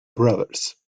brothers